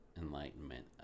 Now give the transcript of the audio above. enlightenment